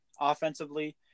offensively